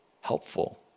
helpful